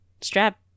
strap